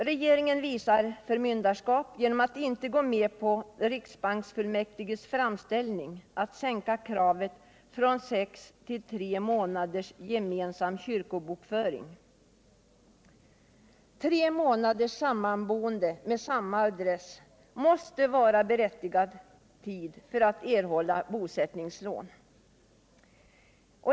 Regeringen visar förmynderskap genom att inte gå med på riksbanksfullmäktiges framställning att sänka kravet från sex till tre månaders gemensam kyrkobokföring. Tre månaders sammanboende med samma adress måste vara tillräcklig tid för att berättiga till bosättningslån.